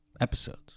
episodes